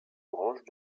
branches